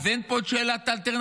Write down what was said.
אז אין פה את שאלת האלטרנטיבה?